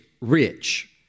rich